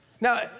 Now